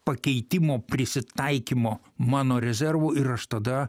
pakeitimo prisitaikymo mano rezervų ir aš tada